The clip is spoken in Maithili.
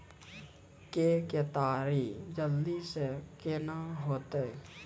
के केताड़ी जल्दी से के ना होते?